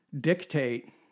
dictate